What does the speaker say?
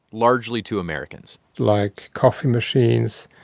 largely to americans like coffee machines,